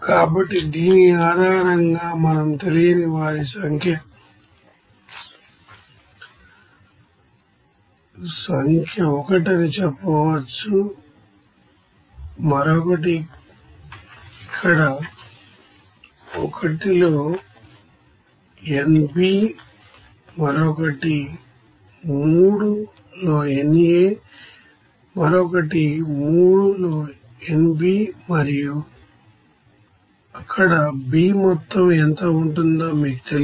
కాబట్టి దీని ఆధారంగా మనం తెలియని వారి సంఖ్య ఒకటి అని చెప్పవచ్చు మరొకటి ఇక్కడ 1 లో nB మరొకటి 3 లోnA మరొకటి 3 లోnB మరియు అక్కడ B మొత్తం ఎంత ఉంటుందో మీకు తెలియదు